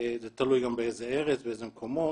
זה תלוי גם באיזה ארץ, באיזה מקומות.